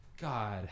God